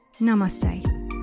Namaste